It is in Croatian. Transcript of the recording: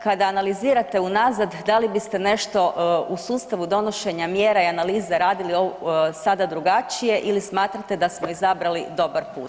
Kad analizirate unazad da li biste nešto u sustavu donošenja mjera i analize radili sada drugačije ili smatrate da smo izabrali dobar put?